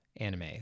anime